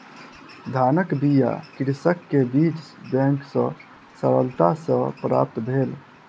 धानक बीया कृषक के बीज बैंक सॅ सरलता सॅ प्राप्त भेल